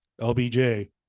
lbj